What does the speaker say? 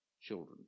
children